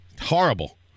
Horrible